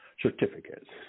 certificates